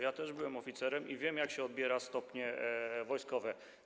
Ja też byłem oficerem i wiem, jak się odbiera stopnie wojskowe.